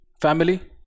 family